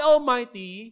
Almighty